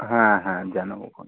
হ্যাঁ হ্যাঁ জানাবোখন